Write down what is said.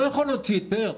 הוא לא יכול להוציא היתר,